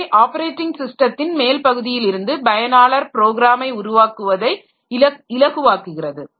அவை ஆப்பரேட்டிங் ஸிஸ்டத்தின் மேல் பகுதியில் இருந்து பயனாளர் ப்ரோக்ராமை உருவாக்குவதை இலகுவாக்குகிறது